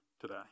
today